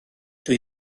dwi